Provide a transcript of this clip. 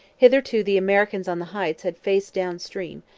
hitherto the americans on the heights had faced down-stream,